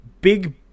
big